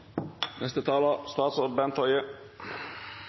Neste taler